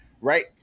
right